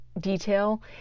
detail